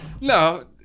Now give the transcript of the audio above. no